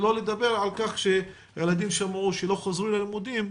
שלא לדבר על כך שהילדים שמעו שלא חוזרים ללימודים,